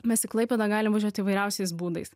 mes į klaipėdą galim važiuoti įvairiausiais būdais